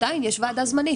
עדיין יש ועדה זמנית.